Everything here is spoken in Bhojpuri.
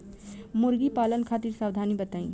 मुर्गी पालन खातिर सावधानी बताई?